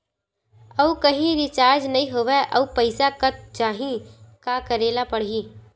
आऊ कहीं रिचार्ज नई होइस आऊ पईसा कत जहीं का करेला पढाही?